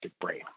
brain